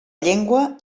llengua